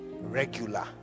regular